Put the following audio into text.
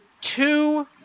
two